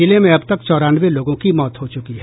जिले में अब तक चौरानवे लोगों की मौत हो चुकी है